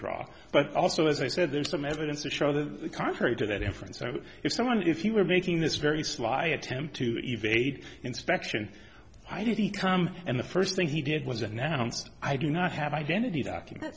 draw but also as i said there's some evidence to show that contrary to that inference so if someone if you were making this very sly i attempt to evade inspection i didn't come and the first thing he did was announced i do not have identity document